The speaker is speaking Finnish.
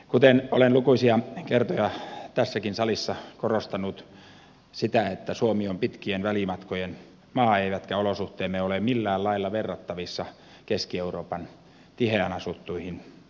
kuten olen lukuisia kertoja tässäkin salissa korostanut suomi on pitkien välimatkojen maa eivätkä olosuhteemme ole millään lailla verrattavissa keski euroopan tiheään asuttuihin maihin